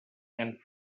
and